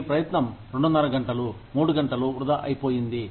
ఈ ప్రయత్నం రెండున్నర గంటలు మూడు గంటలు వృధా అయిపోయింది